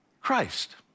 Christ